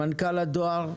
מנכ"ל הדואר,